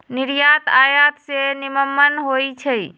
निर्यात आयात से निम्मन होइ छइ